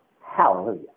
Hallelujah